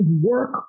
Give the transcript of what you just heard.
work